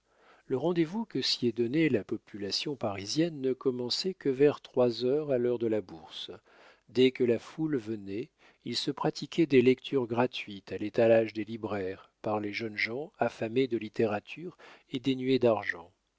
le rendez-vous que s'y est donné la population parisienne ne commençait que vers trois heures à l'heure de la bourse dès que la foule venait il se pratiquait des lectures gratuites à l'étalage des libraires par les jeunes gens affamés de littérature et dénués d'argent